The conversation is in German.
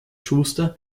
schuster